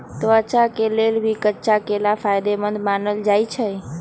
त्वचा के लेल भी कच्चा केला फायेदेमंद मानल जाई छई